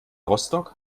rostock